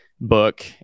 book